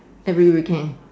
every weekend